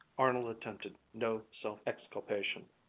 arnold attempted no self-exculpation.